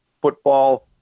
football